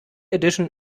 edition